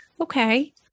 okay